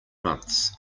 months